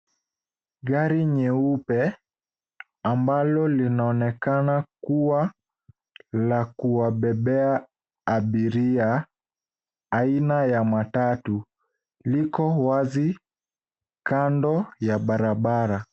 Gari nyeupe ambalo linaonekana kuwa la kuwabebea abiria aina ya matatu, liko wazi kando ya barabara.